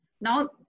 Now